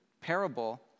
parable